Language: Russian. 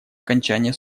окончание